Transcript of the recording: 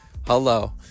hello